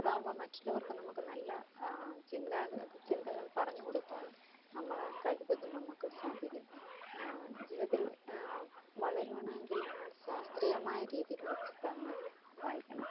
അതാവുമ്പോൾ മറ്റുള്ളവർക്ക് നമുക്ക് നല്ല ചിന്ത ചിന്തകൾ പറഞ്ഞുകൊടുക്കുവാൻ നമ്മളാൽ കഴിവതും നമുക്ക് സാധിക്കും ജീവിതത്തിൽ വളരണമെങ്കിൽ നമ്മൾ ശാസ്ത്രീയമായ രീതിയിലുള്ള പുസ്തകങ്ങൾ വായിക്കണം